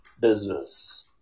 business